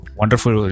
wonderful